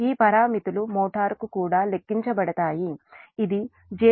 ఈ పారామితులు మోటారుకు కూడా లెక్కించబడతాయి ఇది j 0